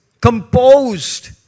composed